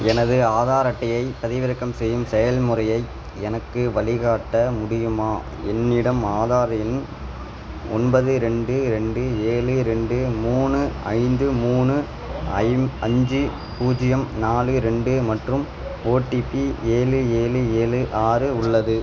எனது ஆதார் அட்டையைப் பதிவிறக்கம் செய்யும் செயல்முறையை எனக்கு வழிகாட்ட முடியுமா என்னிடம் ஆதார் எண் ஒன்பது ரெண்டு ரெண்டு ஏழு ரெண்டு மூணு ஐந்து மூணு ஐந் அஞ்சு பூஜ்ஜியம் நாலு ரெண்டு மற்றும் ஓடிபி ஏழு ஏழு ஏழு ஆறு உள்ளது